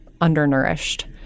undernourished